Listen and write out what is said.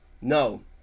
No